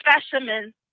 specimens